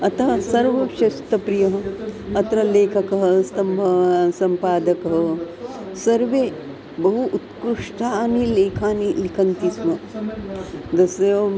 अतः सर्वशिस्तप्रियः अत्र लेखकः स्तम्भः सम्पादकः सर्वे बहु उत्कृष्टाः लेखाः लिखन्ति स्म तस्य